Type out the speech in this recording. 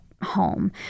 home